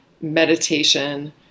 meditation